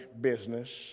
business